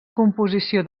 composició